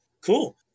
Cool